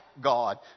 God